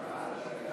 רבותי,